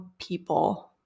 people